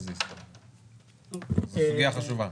זו סוגיה חשובה.